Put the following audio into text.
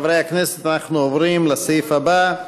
חברי הכנסת, אנחנו עוברים לסעיף הבא,